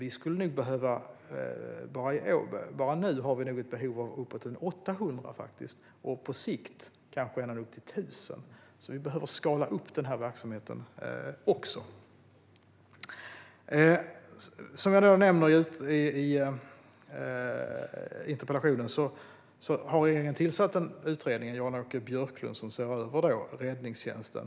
Redan nu har vi nog ett behov av uppåt 800, och på sikt kanske ända upp till 1 000 deltidsbrandmän. Vi behöver alltså skala upp också denna verksamhet. Som jag nämnde i interpellationssvaret har regeringen tillsatt en utredning med Jan-Åke Björklund som ser över Räddningstjänsten.